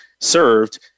served